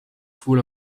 full